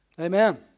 Amen